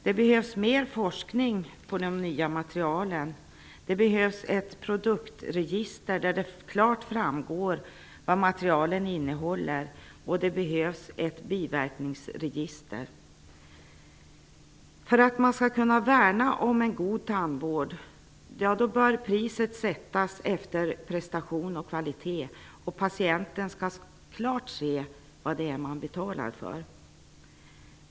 Det behövs mer forskning om de nya materialen, det behövs ett produktregister, där det klart framgår vad materialen innehåller, och det behövs ett biverkningsregister. För att man skall kunna värna om en god tandvård bör priset sättas efter prestation och kvalitet, och patienten skall klart se vad det är han betalar för.